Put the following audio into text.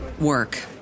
work